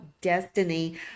destiny